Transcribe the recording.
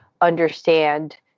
understand